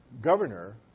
governor